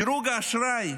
דירוג האשראי,